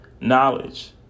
knowledge